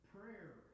Prayer